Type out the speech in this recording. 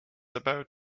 about